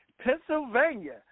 Pennsylvania